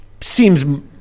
Seems